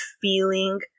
feeling